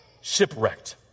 shipwrecked